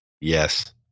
Yes